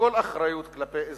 מכל אחריות כלפי אזרחיה,